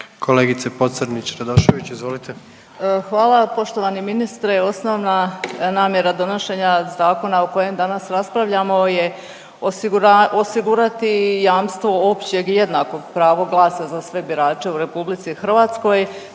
izvolite. **Pocrnić-Radošević, Anita (HDZ)** Hvala vam. Poštovani ministre osnovna namjera donošenja zakona o kojem danas raspravljamo je osigurati jamstvo općeg i jednakog prava glasa za sve birače u RH.